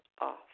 off